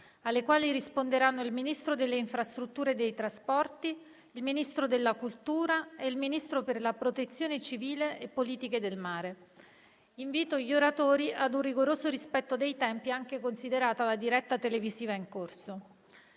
alle quali risponderanno il Ministro delle infrastrutture e dei trasporti, il Ministro della cultura e il Ministro per la protezione civile e le politiche del mare. Invito gli oratori ad un rigoroso rispetto dei tempi, considerata la diretta televisiva in corso.